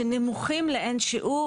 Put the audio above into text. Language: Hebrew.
שנמוכים לעין שיעור